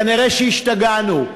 כנראה השתגענו,